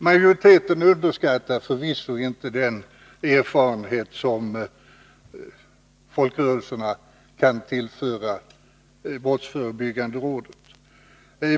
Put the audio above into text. Majoriteten underskattar förvisso inte den erfarenhet som folkrörelserna kan tillföra brottsförebyggande rådet.